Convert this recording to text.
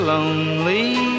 Lonely